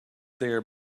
there